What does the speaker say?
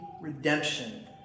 redemption